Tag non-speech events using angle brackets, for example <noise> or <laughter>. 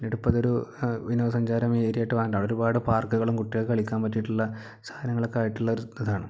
പിന്നീട് ഇത് ഇപ്പമൊരു വിനോസഞ്ചാരം ഏരിയ ആയിട്ട് <unintelligible> ഒരുപാട് പാർക്കുകളും കുട്ടികൾക്ക് കളിക്കാൻ പറ്റിയിട്ടുള്ള സാധനങ്ങളൊക്കെ ആയിട്ടുള്ള ഒരിതാണ്